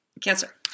cancer